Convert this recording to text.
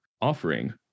offering